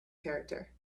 character